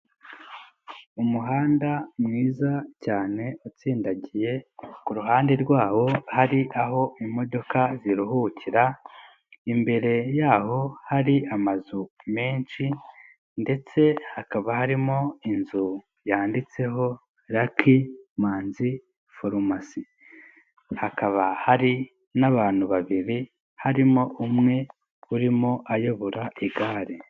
Umuhanda mwiza cyane utsindagiye, ku ruhande rwawo hari aho imodoka ziruhukira, imbere yaho hari amazu menshi ndetse hakaba harimo inzu yanditseho Lucky Manzi farumasi, hakaba hari n'abantu babiri harimo umwe urimo ayobora igare.